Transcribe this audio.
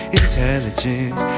intelligence